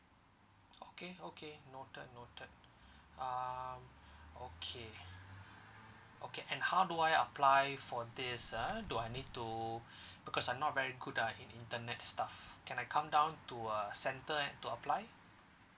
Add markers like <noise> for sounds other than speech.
okay okay noted noted uh okay okay and how do I apply for this ah do I need to <breath> because I'm not very good uh in internet stuff can I come down to a centre and to apply